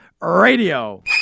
Radio